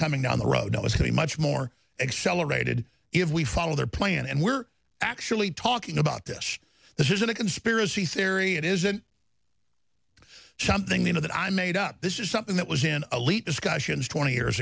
coming down the road it was really much more accelerated if we follow their plan and we're actually talking about this this isn't a conspiracy theory it isn't something you know that i made up this is something that was in elite discussions twenty years